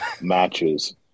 matches